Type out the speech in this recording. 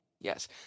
Yes